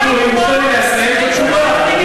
אם יורשה לי לסיים את התשובה.